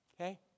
okay